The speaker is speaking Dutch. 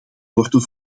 worden